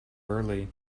early